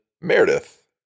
Meredith